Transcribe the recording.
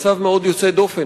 הוא מצב מאוד יוצא דופן.